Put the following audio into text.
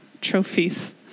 trophies